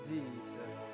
Jesus